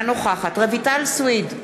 אינה נוכחת רויטל סויד,